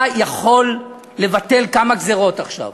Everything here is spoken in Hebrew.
אתה יכול לבטל כמה גזירות עכשיו.